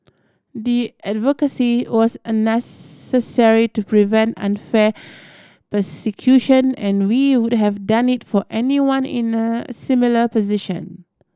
the advocacy was an necessary to prevent unfair persecution and we would have done it for anyone in a similar position